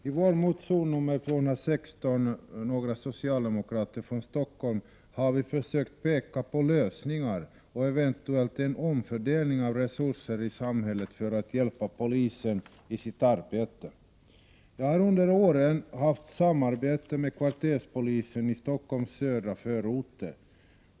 I vår motion, Ju216, har vi — några socialdemokrater från Stockholm — försökt peka på lösningar och eventuellt en omfördelning av resurser i samhället för att hjälpa polisen i dess arbete. Jag har under åren haft samarbete med kvarterspolisen i Stockholms södra förorter.